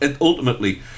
ultimately